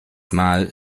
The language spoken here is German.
mal